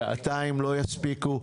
שעתיים לא יספיקו.